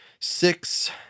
Six